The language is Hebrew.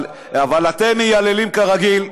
אבל אתם מייללים, כרגיל.